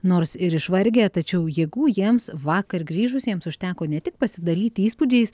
nors ir išvargę tačiau jėgų jiems vakar grįžusiems užteko ne tik pasidalyti įspūdžiais